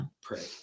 Pray